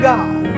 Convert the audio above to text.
God